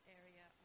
area